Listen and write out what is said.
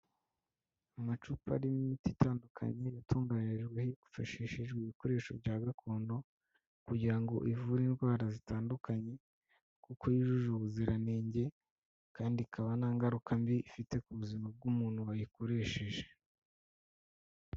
Amacupa arimo imiti itandukanye yatunganyirijwe hifashishijwe ibikoresho bya gakondo, kugira ngo ivure indwara zitandukanye, kuko yujuje ubuziranenge, kandi ikaba nta ngaruka mbi ifite ku buzima bw'umuntu wayikoresheje.